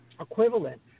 equivalent